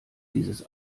dieses